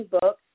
book